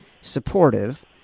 supportive